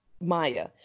Maya